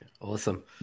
Awesome